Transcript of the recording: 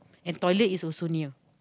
and toilet is also near